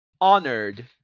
honored